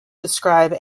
describe